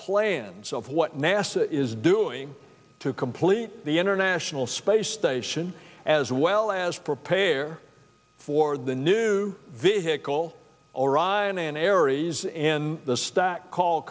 planes of what nasa is doing to complete the international space station as well as prepare for the new vehicle orion an aries and the stack call